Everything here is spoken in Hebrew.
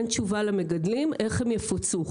אין תשובה למגדלים איך הם יפוצו.